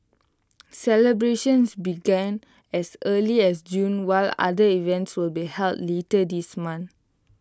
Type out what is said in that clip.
celebrations began as early as June while other events will be held later this month